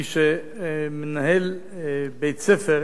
היא שמנהל בית-ספר